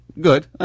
good